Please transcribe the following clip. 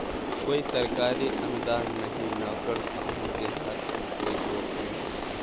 कोई सरकारी अनुदान नहीं, नौकरशाहों के हाथ में कोई टोपी नहीं